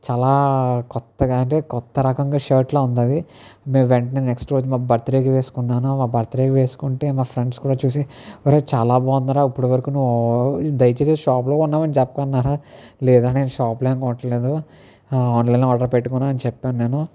చాలా కొత్తగా అంటే కొత్త రకంగా షర్ట్ల ఉంది అది నేను వెంటనే నెక్స్ట్ రోజు మా బర్త్డేకి వేసుకున్నాను నా బర్త్డేకి వేసుకుంటే నా ఫ్రెండ్స్ కూడా చూసి ఒరే చాలా బాగుందిరా ఇప్పుడు వరకు నువ్వు దయచేసి షాప్లో కొన్నావని చెప్పకు అహే లేదురా నేను షాప్లో ఏమీ కొనట్లేదు ఆన్లైన్లో ఆర్డర్ పెట్టుకున్న అని చెప్పాను నేను